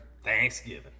Thanksgiving